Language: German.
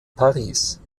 paris